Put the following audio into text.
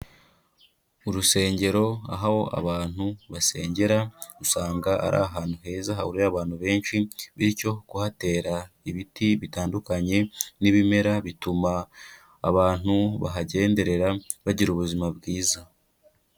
Urusengero aho abantu basengera, usanga ari ahantu heza, hahurira abantu benshi, bityo kuhatera ibiti bitandukanye n'ibimera, bituma abantu bahagenderera bagira ubuzima bwiza.